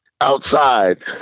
outside